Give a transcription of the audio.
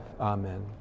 amen